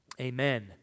Amen